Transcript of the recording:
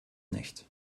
nicht